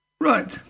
Right